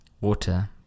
Water